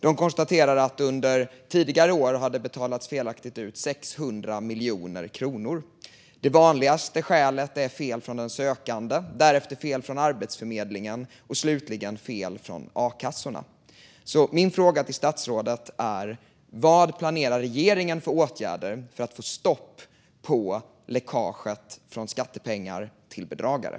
De konstaterade att det under tidigare år felaktigt har betalats ut 600 miljoner kronor. Det vanligaste skälet är fel från den sökande, därefter fel från Arbetsförmedlingen och slutligen fel från a-kassorna. Min fråga till statsrådet är: Vad planerar regeringen för åtgärder för att få stopp på läckaget av skattepengar till bedragare?